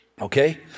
Okay